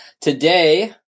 Today